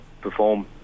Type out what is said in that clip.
perform